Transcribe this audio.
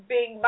Big